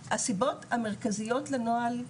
הסיבות העיקריות לנוהל,